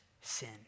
sin